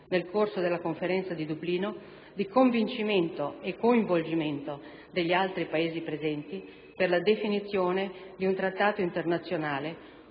nel corso della Conferenza di Dublino di convincimento e coinvolgimento degli altri Paesi presenti, per la definizione di un trattato internazionale